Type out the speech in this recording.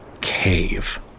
cave